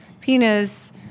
penis